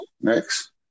Next